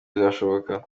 bizashoboka